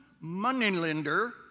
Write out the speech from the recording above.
moneylender